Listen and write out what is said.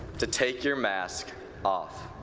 to take your mask off.